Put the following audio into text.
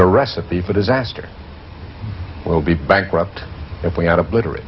a recipe for disaster will be bankrupt if we had obliterate